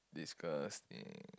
disgusting